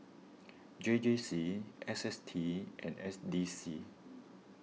J J C S S T and S D C